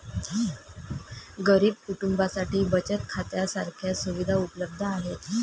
गरीब कुटुंबांसाठी बचत खात्या सारख्या सुविधा उपलब्ध आहेत